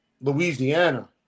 Louisiana